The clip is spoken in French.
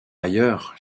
ailleurs